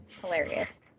hilarious